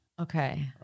Okay